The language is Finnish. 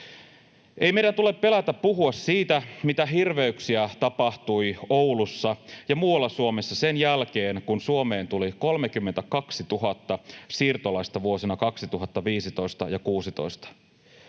Ei meidän tule pelätä puhua siitä, mitä hirveyksiä tapahtui Oulussa ja muualla Suomessa sen jälkeen, kun Suomeen tuli 32 000 siirtolaista vuosina 2015 ja 2016.